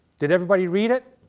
did everybody read it?